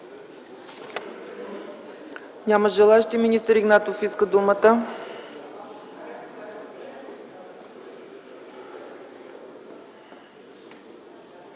Няма желаещи. Министър Игнатов иска думата.